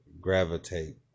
gravitate